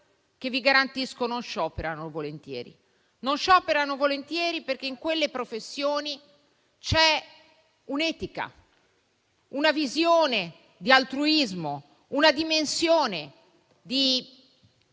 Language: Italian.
non scioperano volentieri, perché in quelle professioni c'è un'etica, una visione di altruismo e di utilità